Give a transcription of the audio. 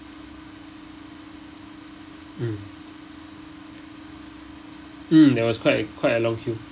mm mm there was quite a quite a long queue